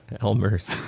Elmer's